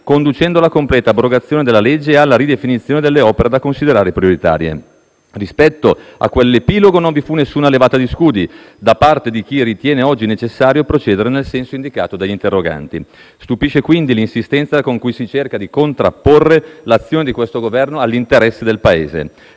conducendo alla completa abrogazione della legge e alla ridefinizione delle opere da considerare prioritarie. Rispetto a quell'epilogo non vi fu nessuna levata di scudi da parte di chi ritiene oggi necessario procedere nel senso indicato dagli interroganti. Stupisce quindi l'insistenza con cui si cerca di contrapporre l'azione di questo Governo all'interesse del Paese.